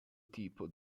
tipo